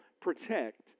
Protect